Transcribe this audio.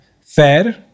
Fair